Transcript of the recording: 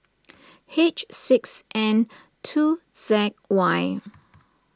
H six N two Z Y